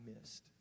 missed